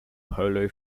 polo